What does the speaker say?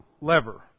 lever